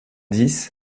dix